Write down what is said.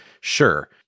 Sure